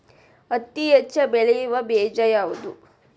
ಹತ್ತಿ ಹೆಚ್ಚ ಬೆಳೆಯುವ ಬೇಜ ಯಾವುದು?